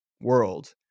world